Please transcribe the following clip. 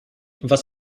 was